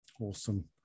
Awesome